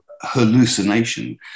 hallucination